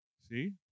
See